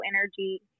energy